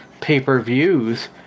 pay-per-views